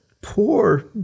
poor